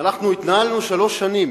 אנחנו התנהלנו שלוש שנים